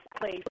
place